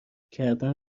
کردن